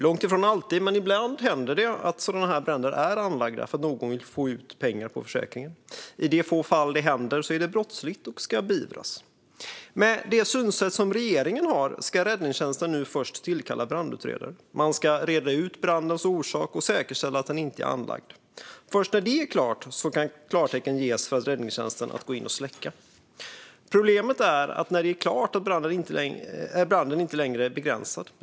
Långt ifrån alltid men ibland händer det att sådana här bränder är anlagda för att någon vill få ut pengar på försäkringen. De få fall då det händer är det brottsligt och ska beivras. Med det synsätt som regeringen har ska räddningstjänsten nu först tillkalla brandutredare. Man ska reda ut brandens orsak och säkerställa att den inte är anlagd. Först när det är klart kan klartecken ges för räddningstjänsten att gå in och släcka. Problemet är att branden inte längre är begränsad när det är klart.